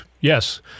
Yes